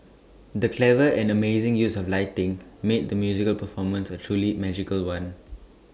the clever and amazing use of lighting made the musical performance A truly magical one